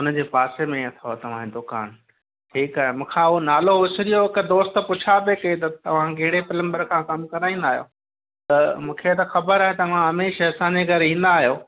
उन जे पासे में अथव तव्हां जो दुकानु ठीकु आहे मूंखां उहो नालो विसिरी वियो हिकु दोस्त पुछां पिए कई त तव्हां कहिड़े प्लंबर खां कमु कराईंदा आहियो त मूंखे त ख़बर आहे तव्हां हमेशह असांजे घरु ईंदा आहियो